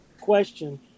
question